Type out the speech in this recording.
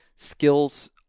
skills